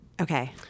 okay